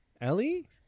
Ellie